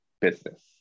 business